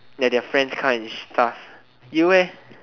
ya their friends car and stuff you leh